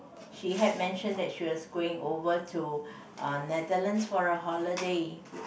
she had mention that she was going over to uh Netherlands for a holiday